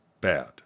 bad